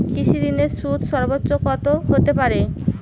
কৃষিঋণের সুদ সর্বোচ্চ কত হতে পারে?